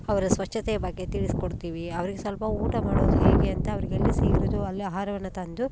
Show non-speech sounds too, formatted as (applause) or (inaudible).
ಅವರ ಸ್ವಚ್ಛತೆಯ ಬಗ್ಗೆ ತಿಳಿಸ್ಕೊಡ್ತೀವಿ ಅವ್ರಿಗೆ ಸ್ವಲ್ಪ ಊಟ ಮಾಡೋದು ಹೇಗೆ ಅಂತ ಅವ್ರಿಗೆ ಎಲ್ಲಿ (unintelligible) ಅಲ್ಲಿ ಆಹಾರವನ್ನು ತಂದು